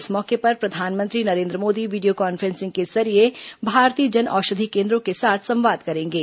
इस मौके पर प्रधानमंत्री नरेन्द्र मोदी वीडियो कॉन्फ्रेंसिंग के जरिये भारतीय जनऔषधि केन्द्रों के साथ संवाद करेंगे